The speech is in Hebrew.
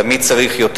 תמיד צריך יותר.